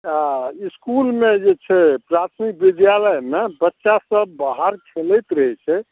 हँ इसकुलमे जे छै प्राथमिक विद्यालयमे बच्चा सब बाहर खेलैत रहै छै